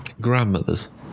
grandmothers